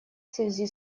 связи